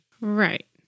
Right